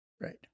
Right